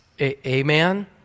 Amen